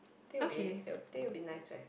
I think will be I think will be nice right